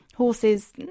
Horses